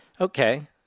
okay